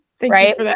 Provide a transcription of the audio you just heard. right